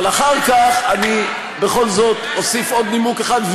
אבל אחר כך אני בכל זאת אוסיף עוד נימוק אחד,